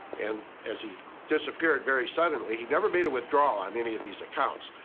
and as he disappeared very suddenly, he never made a withdrawal on any of these accounts.